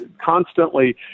constantly